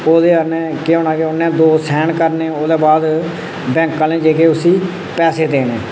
ओह्दे कन्नै केह् होना कि उ'नें दो सैन करने ओह्दे बाद बैंक आह्ले जेह्के उल्सी पैसे देने